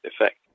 effect